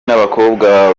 n’abakobwa